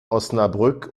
osnabrück